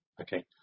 okay